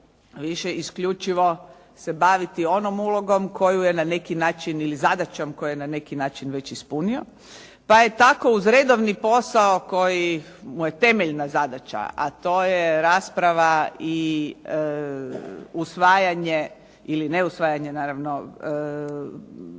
više isključivo se baviti onom ulogom koju je na neki način ili zadaćom koju je na neki način već ispunio, pa je tako uz redovni posao koji mu je temeljna zadaća, a to je rasprava i usvajanje ili ne usvajanje naravno,